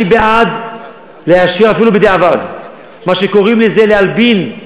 אני בעד לאשר אפילו בדיעבד, מה שקוראים להלבין,